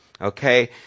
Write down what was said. okay